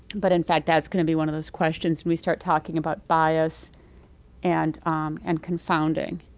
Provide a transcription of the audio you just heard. but in fact that's going to be one of those questions when we start talking about bias and and confounding.